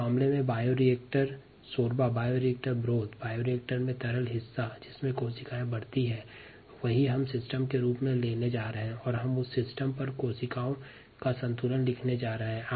इस मामले में हम बायोरिएक्टर ब्रोथ जो बायोरिएक्टर में द्रवित हिस्सा है जिसमें कोशिका बढ़ती हैं वही हम तंत्र के रूप में लेने जा रहे हैं और हम उस तंत्र पर कोशिका संतुलन लिखने जा रहे हैं